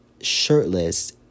shirtless